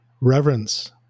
reverence